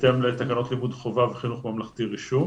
בהתאם לתקנות לימוד חובה וחינוך ממלכתי-רישום,